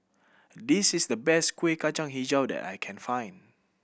this is the best Kueh Kacang Hijau that I can find